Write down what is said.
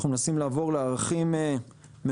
אנחנו מנסים לעבור לערכים ממוכנים.